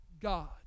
God